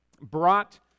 brought